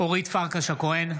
אורית פרקש הכהן,